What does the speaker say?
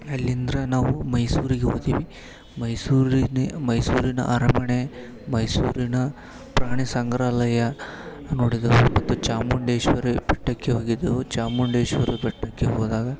ಅಲ್ಲಿಂದ್ರ ನಾವು ಮೈಸೂರಿಗೆ ಹೋದಿವಿ ಮೈಸೂರಿನ ಮೈಸೂರಿನ ಅರಮನೆ ಮೈಸೂರಿನ ಪ್ರಾಣಿ ಸಂಗ್ರಹಾಲಯ ನೋಡಿದೆವು ಮತ್ತು ಚಾಮುಂಡೇಶ್ವರಿ ಬೆಟ್ಟಕ್ಕೆ ಹೋಗಿದ್ದೆವು ಚಾಮುಂಡೇಶ್ವರಿ ಬೆಟ್ಟಕ್ಕೆ ಹೋದಾಗ